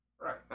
Right